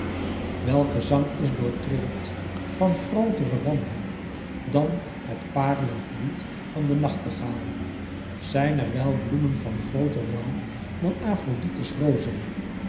welke zang is doortrillerd van grotere wanhoop dan het parelend lied van de nachtegaal zijn er wel bloemen van grooter rouw dan afrodite's rozen